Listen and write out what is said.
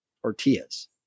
tortillas